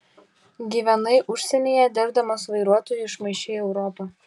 gyvenai užsienyje dirbdamas vairuotoju išmaišei europą